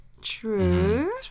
True